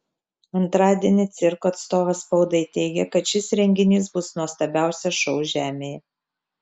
antradienį cirko atstovas spaudai teigė kad šis renginys bus nuostabiausias šou žemėje